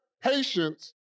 patience